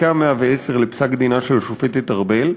פסקה 110 בפסק-דינה של השופטת ארבל,